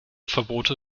verbote